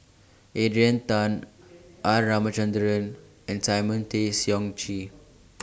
Adrian Tan R Ramachandran and Simon Tay Seong Chee